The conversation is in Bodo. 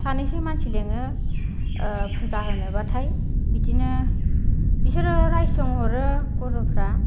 सानैसो मानसि लेङो ओ फुजा होनोब्लाथाय बिदिनो बिसोरो रायसंहरो गुरुफ्रा